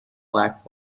black